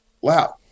Wow